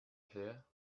there